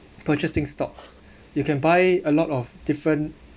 purchasing stocks you can buy a lot of different